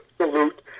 salute